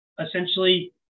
essentially